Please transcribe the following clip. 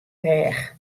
rêch